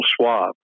swab